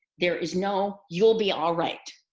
there is no, you'll be all right,